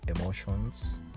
emotions